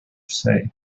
say